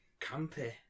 campy